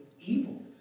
evil